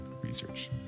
research